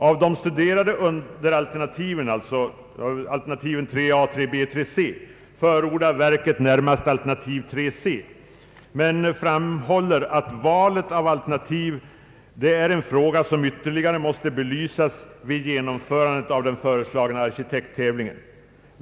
Av de studerade underalternativen, 3 a, 3 b och 3 c, förordar verket närmast alternativ 3 c, men framhåller att valet av alternativ är en fråga som ytterligare måste belysas vid genomförandet av den föreslagna arkitekttävlingen.